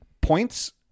points